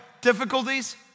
difficulties